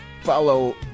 follow